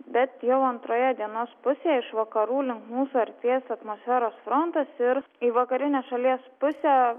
bet jau antroje dienos pusėje iš vakarų link mūsų artės atmosferos frontas ir į vakarinę šalies pusę